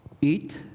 eat